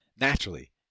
Naturally